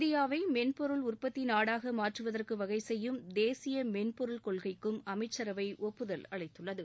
இந்தியாவை மென்பொருள் உற்பத்தி நாடாக மாற்றுவதற்கு வகைசெய்யும் தேசிய மென்பொருள் கொள்கைக்கும் அமைச்சரவை ஒப்புதல் அளித்துள்ளது